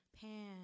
pan